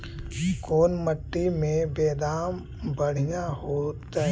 कोन मट्टी में बेदाम बढ़िया होतै?